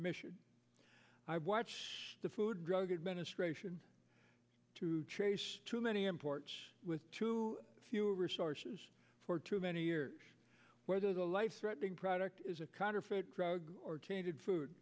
mission i watch the food and drug administration to chase too many imports with too few resources for too many years whether the life threatening product is a counterfeit drugs or tainted